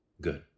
good